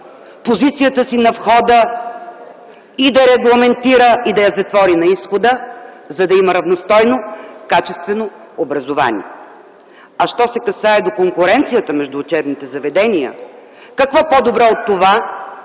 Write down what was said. позицията си на входа и да я регламентира и затвори на изхода, за да има равностойно качествено образование. Що се касае до конкуренцията между учебните заведения, какво по-добро от това